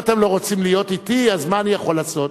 אם אתם לא רוצים להיות אתי אז מה אני יכול לעשות?